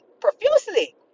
profusely